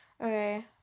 Okay